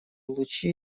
лучи